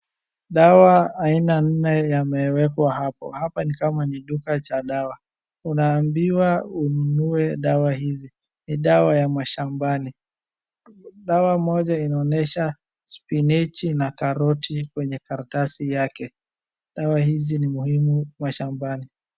Dawa aina nne yamewekwa hapo, hapa ni kama duka cha dawa, unaambiwa ununue dawa hizi. Ni dawa ya mashambani, dawa moja inaonyesha spinechi na karoti kwenye karatasi yake. Dawa hizi ni muhimu mashambani.